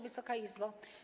Wysoka Izbo!